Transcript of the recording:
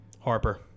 Harper